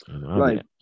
Right